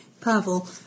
Pavel